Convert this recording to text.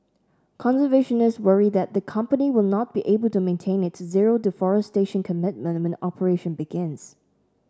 conservationists worry that the company will not be able to maintain its zero deforestation commitment when operation begins